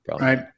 right